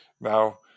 now